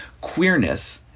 Queerness